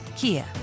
Kia